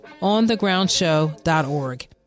onthegroundshow.org